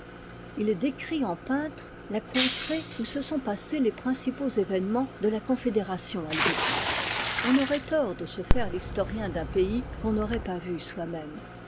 h décrit en peintre ta contrée où se sont passés les principaux événements de la confédération hetvétique on aurait tort de se faire l'historien d'un pays qu'on n'aurait pas vu